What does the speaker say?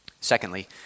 Secondly